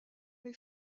les